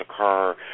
occur